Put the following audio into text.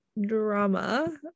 drama